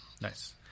Nice